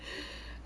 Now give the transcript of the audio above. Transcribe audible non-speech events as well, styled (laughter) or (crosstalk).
(breath)